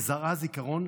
וזרעה זיכרון,